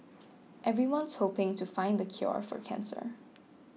everyone's hoping to find a cure for cancer